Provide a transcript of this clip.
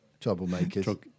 Troublemakers